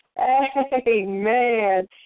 Amen